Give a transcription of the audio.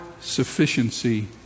sufficiency